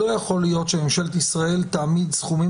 לא יכול להיות שממשלת ישראל תעמיד סכומים